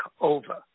over